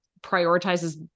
prioritizes